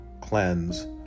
Cleanse